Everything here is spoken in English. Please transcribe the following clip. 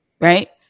right